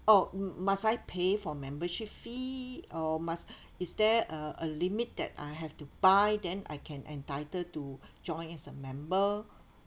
oh must I pay for membership fee or must is there a a limit that I have to buy then I can entitle to join as a member